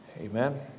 Amen